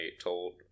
told